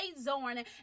zorn